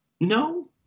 No